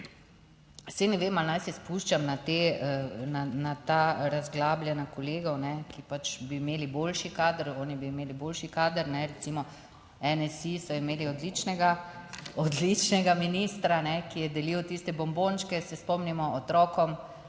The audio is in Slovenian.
saj ne vem ali naj se spuščam na ta razglabljanja kolegov, ki bi imeli boljši kader, oni bi imeli boljši kader, recimo NSi so imeli odličnega, odličnega ministra, ki je delil tiste bombončke, se spomnimo otrokom